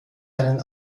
einen